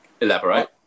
elaborate